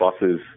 buses